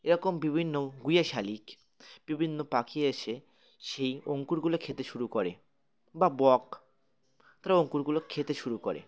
এরকম বিভিন্ন গুয়া শালিক বিভিন্ন পাখি এসে সেই অঙ্কুরগুলো খেতে শুরু করে বা বক তারা অঙ্কুরগুলো খেতে শুরু করে